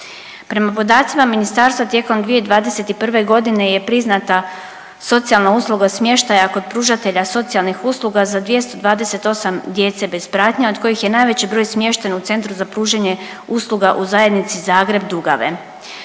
Prema podacima ministarstva tijekom 2021. godine je priznata socijalna usluga smještaja kod pružatelja socijalnih usluga za 228 djece bez pratnje od kojih je najveći broj smješten u Centru za pružanje usluga u zajednici Zagreb – Dugave.